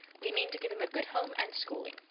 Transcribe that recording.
we mean to give him a good home and schooling.